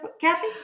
Kathy